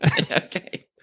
Okay